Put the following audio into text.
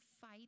fight